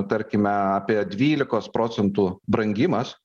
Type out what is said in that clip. tarkime apie dvylikos procentų brangimas